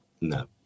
No